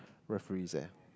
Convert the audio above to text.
referees eh